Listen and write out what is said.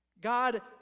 God